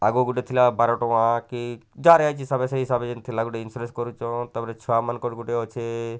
ଆଗ ଗୋଟେ ଥିଲା ବାରଟଙ୍କା କି ଯେନ୍ ଥିଲା ଗୋଟେ ଇନସ୍ୟୁରାନ୍ସ କରୁଛନ୍ ଛୁଆମାନଙ୍କର ଗୋଟେ ଅଛେ